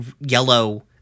yellow